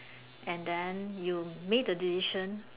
and then you make a decision